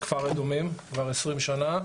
כפר אדומים כבר 20 שנה,